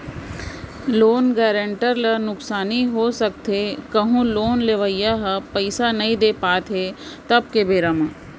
loan guarantor ल नुकसानी हो सकथे कहूँ लोन लेवइया ह पइसा नइ दे पात हे तब के बेरा म